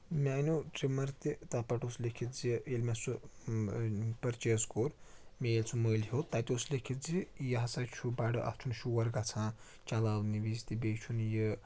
مےٚ اَنیاو ٹرِمَر تہِ تَتھ پٹھ اوس لیٖکھِتھ زِ ییٚلہِ مےٚ سُہ پٔرچیز کوٚر مےٚ ییٚلہِ سُہ مٔلۍ ہیوٚت تَتہِ اوس لیٖکھِتھ زِ یہِ ہَسا چھُ بَڑٕ اَتھ چھُنہٕ شور گژھان چَلاونہِ وِزِ تہِ بیٚیہِ چھُنہٕ یہِ